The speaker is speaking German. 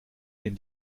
den